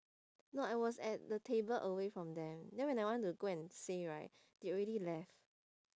no I was at the table away from them then when I want to go and say right they already left